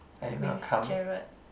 with Jared